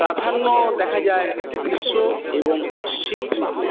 প্রাধান্য দেখা যায় গ্রীষ্ম এবং শীত ঋতুর